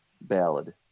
ballad